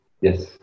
yes